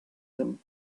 them